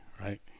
right